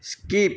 skip